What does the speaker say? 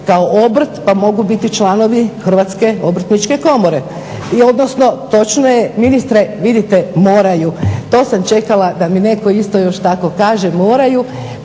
kao obrt pa mogu biti članovi Hrvatske obrtničke komore. I odnosno točno je ministre vidite moraju. To sam čekala da mi netko isto još tako kaže, moraju,